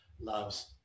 loves